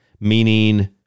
meaning